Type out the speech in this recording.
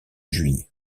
juillet